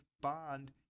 bond